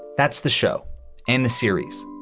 that's the show in the series,